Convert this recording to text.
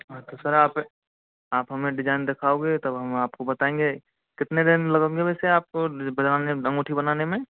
हाँ तो सर आप आप हमें डिजाइन दिखाओगे तब हम आपको बताएंगे कितने दिन लगोगे वैसे आपको बनाने अंगूठी बनाने में